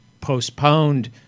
postponed